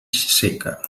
seca